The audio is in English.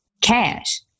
cash